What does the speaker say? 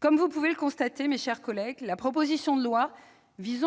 Comme vous pouvez le constater, mes chers collègues, cette proposition de loi ayant pour